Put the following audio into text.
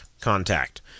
contact